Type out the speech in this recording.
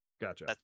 Gotcha